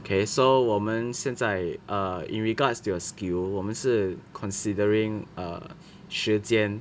okay so 我们现在 err in regards to your skill 我们是 considering err 时间